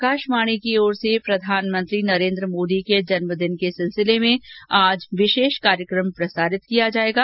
आकाशवाणी की ओर से प्रधानमंत्री नरेन्द्र मोदी के जन्मदिन के सिलसिले में आज विशेष कार्यक्रम प्रसारित किया जाएगा